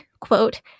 quote